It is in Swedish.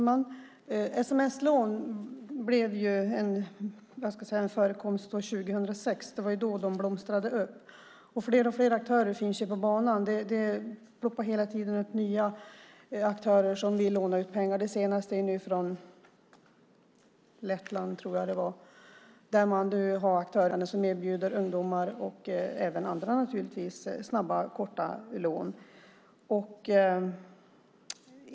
Herr talman! Förekomsten av sms-lån började 2006. Det var då de blomstrade. Och fler och fler aktörer finns nu på banan. Det poppar hela tiden upp nya aktörer som vill låna ut pengar. Det senaste är aktörer från Lettland, tror jag att det var, som finns på den svenska marknaden och erbjuder ungdomar och naturligtvis även andra snabba, korta lån.